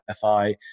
FI